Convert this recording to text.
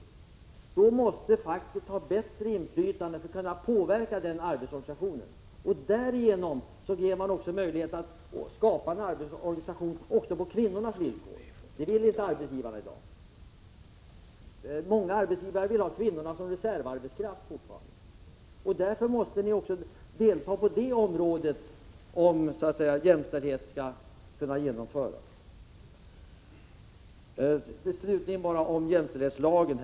Facket måste ha bättre inflytande för att kunna påverka arbetsorganisationen. Därigenom får man möjlighet att skapa en arbetsorganisation också på kvinnornas villkor. Det vill inte arbetsgivarna i dag. Många arbetsgivare vill fortfarande ha kvinnorna som reservarbetskraft. Därför måste ni delta också på det området, om jämställdhet skall kunna genomföras. Slutligen några ord om jämställdhetslagen.